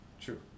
True